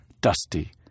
Dusty